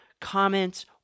comments